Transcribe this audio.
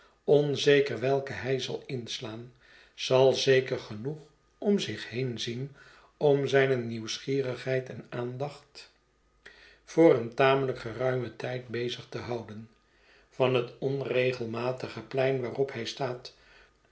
onzeker welken hij zal inslaan zal zeker genoeg om zich heen zien om zijne nieuwsgierigheid en aandacht voor een tamely k geruimen tijd bezig te houden van het onregelmatige plein waarop hij staat